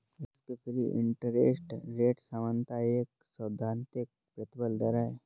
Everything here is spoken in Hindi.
रिस्क फ्री इंटरेस्ट रेट सामान्यतः एक सैद्धांतिक प्रतिफल दर है